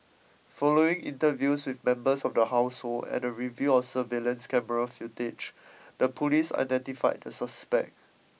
following interviews with members of the household and a review of surveillance camera footage the police identified the suspect